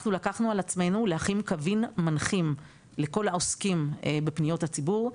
אנחנו לקחנו על עצמנו להכין קווים מנחים לכל העוסקים בפניות הציבור,